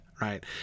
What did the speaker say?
right